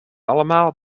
allemaal